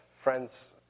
friends